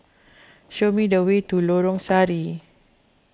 show me the way to Lorong Sari